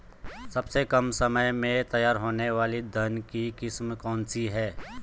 सबसे कम समय में तैयार होने वाली धान की किस्म कौन सी है?